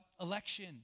election